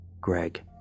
Greg